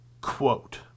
quote